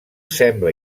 sembla